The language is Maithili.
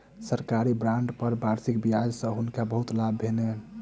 सरकारी बांड पर वार्षिक ब्याज सॅ हुनका बहुत लाभ भेलैन